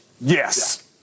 Yes